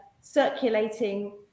circulating